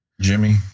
Jimmy